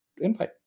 invite